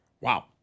Wow